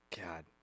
God